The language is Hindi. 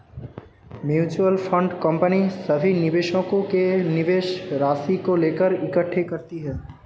म्यूचुअल फंड कंपनी सभी निवेशकों के निवेश राशि को लेकर इकट्ठे करती है